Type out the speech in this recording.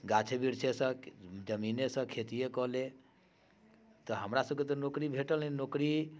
गाछे वृक्षेसँ कि जमीनेसँ खेतिए कऽ ले तऽ हमरासभके तऽ नौकरी भेटल नहि नौकरी